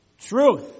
Truth